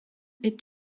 est